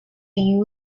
you